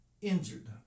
injured